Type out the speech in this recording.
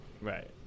right